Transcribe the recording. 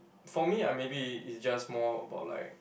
for me I'm maybe it's just more about like